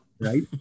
Right